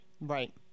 Right